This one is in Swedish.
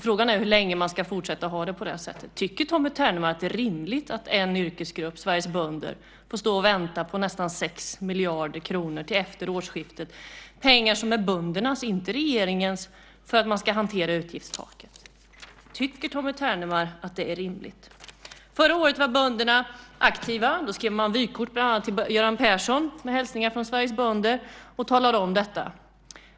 Frågan är hur länge vi ska fortsätta att ha det på det sättet. Tycker Tommy Ternemar att det är rimligt att en yrkesgrupp, Sveriges bönder, får stå och vänta på nästan 6 miljarder kronor till efter årsskiftet, pengar som är böndernas och inte regeringens, för att man ska hantera utgiftstaket? Tycker Tommy Ternemar att det är rimligt? Förra året var bönderna aktiva. Då skrev man vykort till bland annat Göran Persson med hälsningar från Sveriges bönder och talade om detta.